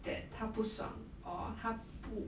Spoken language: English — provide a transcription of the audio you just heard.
that 他不爽 or 他不